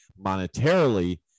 monetarily